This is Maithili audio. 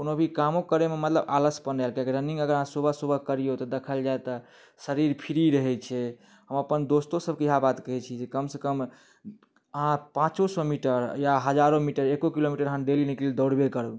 कोनो भी कामो करैमे मतलब आलस कम रहै छै रनिङ्ग अहाँ सुबह सुबह करिऔ तऽ देखल जाइ तऽ शरीर फ्री रहै छै हम अपन दोस्तो सबके इएह बात कहै छिए जे कमसँ कम अहाँ पाँचो सओ मीटर या हजारो मीटर एको किलोमीटर अहाँ डेली लेकिन दौड़बे करू